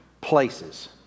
places